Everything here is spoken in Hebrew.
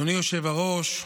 אדוני היושב-ראש,